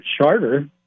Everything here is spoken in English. charter